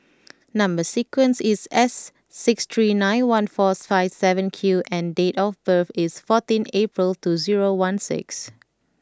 number sequence is S six three nine one four five seven Q and date of birth is fourteen April two zero one six